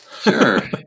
Sure